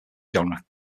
genre